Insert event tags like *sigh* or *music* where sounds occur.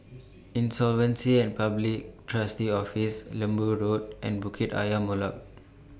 *noise* Insolvency and Public Trustee's Office Lembu Road and Bukit Ayer Molek